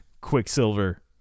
Quicksilver